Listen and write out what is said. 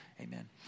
Amen